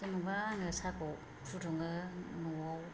जेनोबा आंङो साहाखौ फुदुंङो नआव